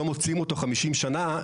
לא מוצאים אותו חמישים שנה,